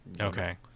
okay